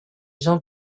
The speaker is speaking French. jean